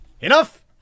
Enough